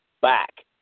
back